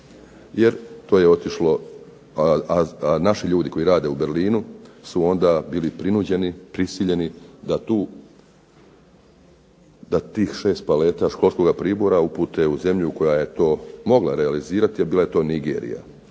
jer to je otišlo, a naši ljudi koji rade u Berlinu su onda bili prinuđeni, prisiljeni da tih 6 paleta školskoga pribora upute u zemlju koja je to mogla realizirati, a bila je to Nigerija.